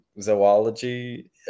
zoology